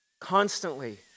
constantly